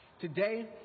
Today